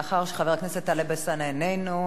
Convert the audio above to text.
מאחר שחבר הכנסת טלב אלסאנע איננו,